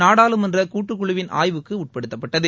நாடாளுமன்ற கூட்டுக்குழுவின் ஆய்வுக்கு உட்படுத்தப்பட்டது